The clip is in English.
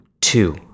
two